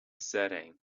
setting